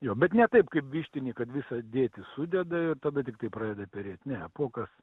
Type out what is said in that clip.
jo bet ne taip kaip vištiniai kad visą dėtį sudeda ir tada tiktai pradeda perėt ne apuokas